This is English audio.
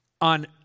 on